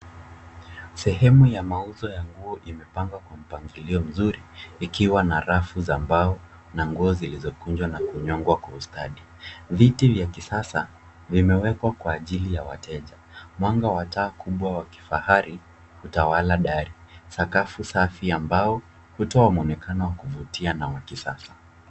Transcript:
Sehemu ya mauzo ya nguo imepangwa kwa mpangilio mzuri ikiwa na rafu za mbao na nguo zilizokunjwa na kunyongwa kwa ustadi. Viti vya kisasa vimewekwa kwa ajili ya wateja, Mwanga wa taa kubwa wa kifahari ukitawala dari, sakafu safi ambao hutoa mwenekano wa kuvutia na wa kisasa.